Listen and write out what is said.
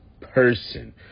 person